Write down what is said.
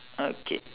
okay